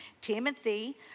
Timothy